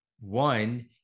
One